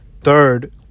Third